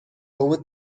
over